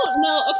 No